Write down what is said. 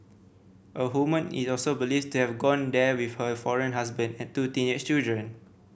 a woman is also believed to have gone there with her foreign husband and two teenage children